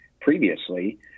previously